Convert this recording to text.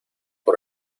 por